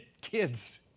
kids